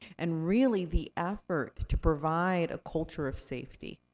and really, the effort to provide a culture of safety,